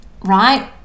right